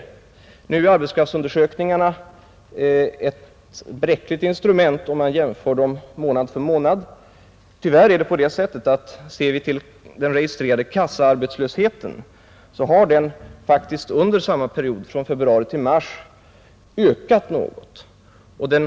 Emellertid är arbetskraftsundersökningarna ett bräckligt instrument när man gör jämförelser mellan två näraliggande månader. Den registrerade kassaarbetslösheten har faktiskt under samma period, från februari till mars, ökat något.